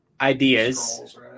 ideas